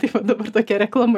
tai va dabar tokia reklama